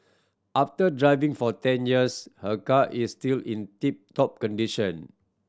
after driving for ten years her car is still in tip top condition